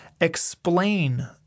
explain